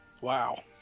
Wow